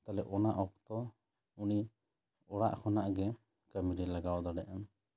ᱛᱟᱦᱚᱞᱮ ᱚᱱᱟ ᱚᱠᱛᱚ ᱩᱱᱤ ᱚᱲᱟᱜ ᱠᱷᱚᱱᱟᱜ ᱜᱮ ᱠᱟᱹᱢᱤᱨᱮᱭ ᱞᱟᱜᱟᱣ ᱫᱟᱲᱮᱜᱼᱟ